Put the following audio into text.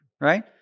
right